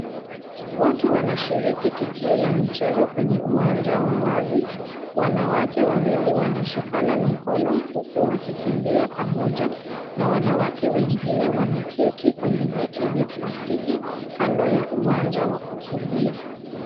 Watu wanashiriki tukio la michezo kwenye uwanja wa wazi, wanawake wawili wanashikana mikono huku wakikimbia pamoja, na wanawake wengine wameketi kwenye viti vya plastiki kando ya uwanja wa kukimbia.